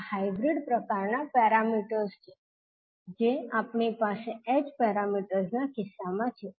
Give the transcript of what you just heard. આ હાઇબ્રીડ પ્રકારના પેરામીટર્સ છે જે આપણી પાસે h પેરામીટર્સ ના કિસ્સામાં છે